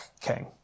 king